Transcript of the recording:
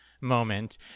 moment